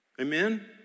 Amen